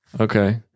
Okay